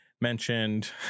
mentioned